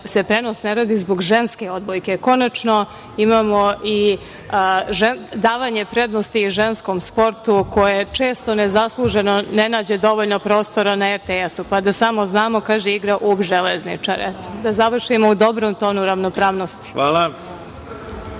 se prenos ne radi zbog ženske odbojke. Konačno imamo i davanje prednosti ženskom sportu koje često ne zasluženo ne nađe dovoljno prostora na RTS, pa da samo znamo, igraju Ub-Železničar. Eto, da završimo u dobrom tonu ravnopravnosti. **Ivica